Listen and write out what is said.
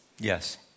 Yes